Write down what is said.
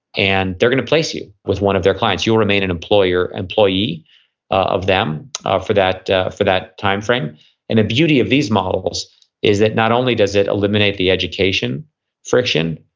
and they're going to place you with one of their clients. you will remain an employee employee of them for that for that timeframe the and beauty of these models is that not only does it eliminate the education friction,